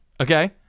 Okay